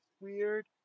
Weird